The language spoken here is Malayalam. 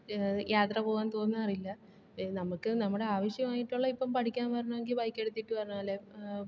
യാത്ര പോകാൻ തോന്നാറില്ല നമുക്ക് നമ്മുടെ ആവശ്യമായിട്ടുള്ള ഇപ്പം പഠിക്കാൻ വരണമെങ്കിൽ ബൈക്കെടുത്തിട്ട് വരുന്നത് പോലെ